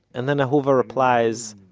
and then ahuva replies,